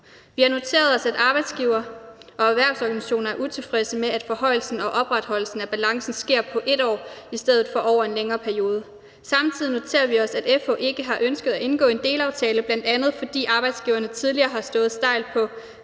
Vi har noteret os, at arbejdsgivere og erhvervsorganisationer er utilfredse med, at forhøjelsen og opretholdelsen af balancen sker på 1 år i stedet for over en længere periode. Samtidig noterer vi os, at FH ikke har ønsket at indgå en delaftale, bl.a. fordi arbejdsgiverne tidligere har stået stejlt på,